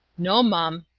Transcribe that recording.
no, mum.